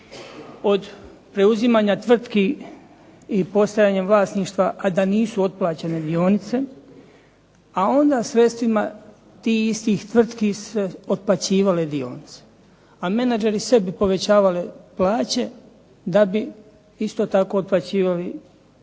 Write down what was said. od preuzimanja tvrtki i postajanjem vlasništva a da nisu otplaćene dionice, a onda sredstvima tih istih tvrtki su se otplaćivale dionice, a menadžeri sebi povećavali plaće da bi isto tako otplaćivali dionice